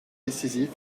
décisif